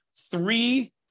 three